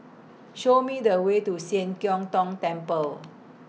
Show Me The Way to Sian Keng Tong Temple